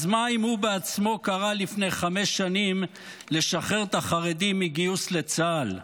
אז מה אם הוא בעצמו קרא לפני חמש שנים לשחרר את החרדים מגיוס לצה"ל?